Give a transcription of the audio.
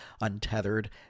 Untethered